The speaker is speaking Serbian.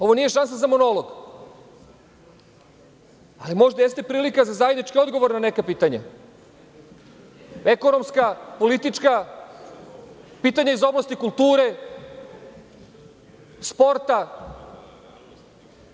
Ovo nije šansa za monolog, ali možda jeste prilika za zajednički odgovor na neka pitanja, ekonomska, politička, pitanja iz oblasti kulture, sporta.